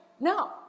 now